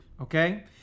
okay